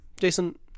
Jason